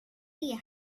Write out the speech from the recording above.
ingen